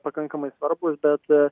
pakankamai svarbūs bet aa